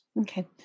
okay